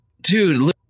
dude